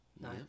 Nice